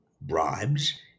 bribes